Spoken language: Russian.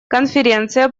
конференция